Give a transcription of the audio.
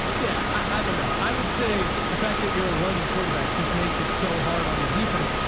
yeah, i dunno. i would say the fact that you're a running quarterback just makes it so hard on the defense,